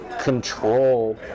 control